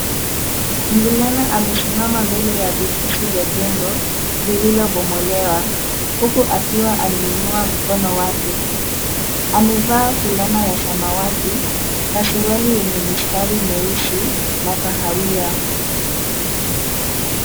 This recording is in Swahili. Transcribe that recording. Mvulana amesimama mbele ya vivusi vya jengo lililobomolewa huku akiwa ameinua mkono wake amevaa fulana ya samawati na suruari yenye misitari nyeusi na kahawia.